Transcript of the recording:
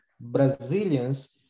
Brazilians